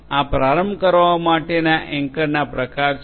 આ પ્રારંભ કરવા માટેના એન્કરના પ્રકાર છે